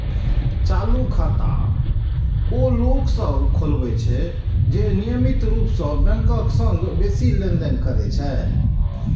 चालू खाता ओ लोक सभ खोलबै छै, जे नियमित रूप सं बैंकक संग बेसी लेनदेन करै छै